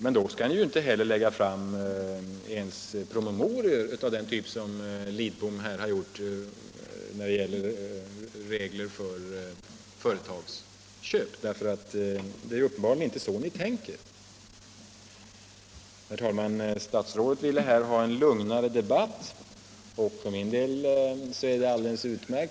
Men då skall ni inte heller lägga fram promemorior av den typ som herr Lidbom gjort här när det gäller regler för företagsköp. Det är ju uppenbarligen inte så ni tänker. Herr talman! Statsrådet ville här ha en lugnare debatt, och för min del är det alldeles utmärkt.